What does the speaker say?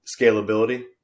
scalability